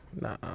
Nah